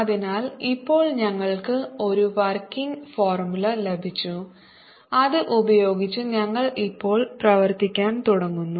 അതിനാൽ ഇപ്പോൾ ഞങ്ങൾക്ക് ഒരു വർക്കിംഗ് ഫോർമുല ലഭിച്ചു അത് ഉപയോഗിച്ച് ഞങ്ങൾ ഇപ്പോൾ പ്രവർത്തിക്കാൻ തുടങ്ങുന്നു